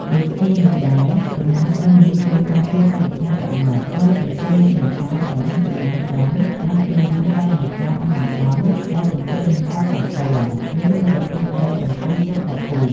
ដូចគ្នានេះដែរ ចំណេះដឹងនេះជួយការពារបរិស្ថានសមុទ្រ ហើយចំពោះអ្នកនេសាទដែលមានចំណេះដឹងអាចជៀសវាងការនេសាទនៅតំបន់ដែលកំពុងមានផលប៉ះពាល់ ឬមានប្រភេទត្រីកំពុងជិតផុតពូជ។